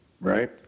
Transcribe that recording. Right